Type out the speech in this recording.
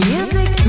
Music